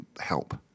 help